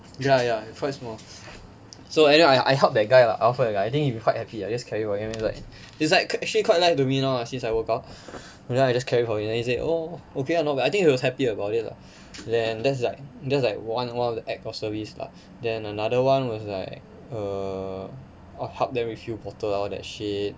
ya ya he's quite small so anyway I I help that guy lah I offered the guy I think he quite happy I just carry for him then it's like it's like actually quite light to me now since I work out so I just carry for him then he say say oh okay lah not bad I think he was happy about it lah then then it's like then it's like one one of the act of service lah then another one was like err oh help them refill bottle all that shit